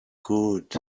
good